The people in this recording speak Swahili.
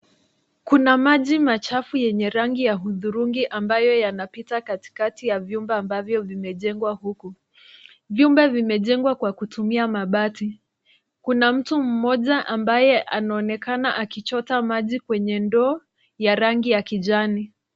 Kuna maji machafu yenye rangi ya hudhurungi ambayo yanapita katikati ya vyumba ambavyo vimejengwa huku, vyumba vimejengwa kwa kutumia mabati, kuna mtu mmoja ambaye anaonekana akichota maji kwenye ndoo ya rangi ya kijani.